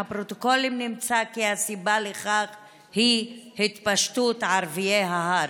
מהפרוטוקולים נמצא כי הסיבה לכך היא התפשטות ערביי ההר.